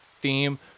theme